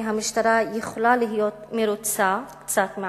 המשטרה יכולה להיות מרוצה קצת מעצמה,